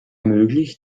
möglich